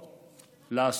לעשות: